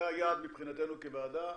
זה היעד מבחינתנו כוועדה,